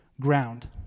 ground